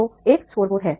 तो एक स्कोरबोर्ड है